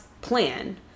plan